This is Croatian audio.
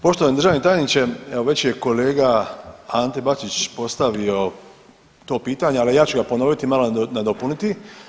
Poštovani državni tajniče, evo već je kolega Ante Bačić postavio to pitanje, ali ja ću ga ponoviti malo nadopuniti.